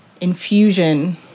infusion